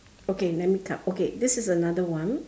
okay let me cut okay this is another one